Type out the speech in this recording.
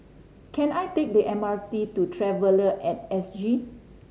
can I take the M R T to Traveller At S G